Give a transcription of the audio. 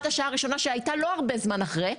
השעה הראשונה שהייתה לא הרבה זמן אחרי,